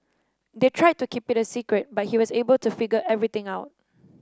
they tried to keep it a secret but he was able to figure everything out